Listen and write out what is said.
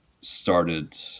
started